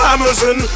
Amazon